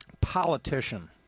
politician